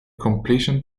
completion